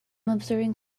observing